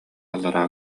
аллара